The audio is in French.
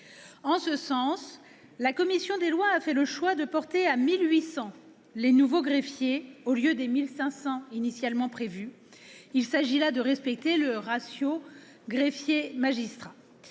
En ce sens, la commission des lois a fait le choix de porter à 1 800 le nombre des nouveaux greffiers au lieu des 1 500 initialement prévus. Il s'agit là de respecter le ratio entre les magistrats